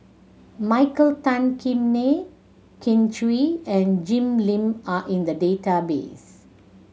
Michael Tan Kim Nei Kin Chui and Jim Lim are in the database